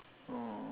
oh